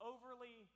Overly